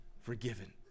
forgiven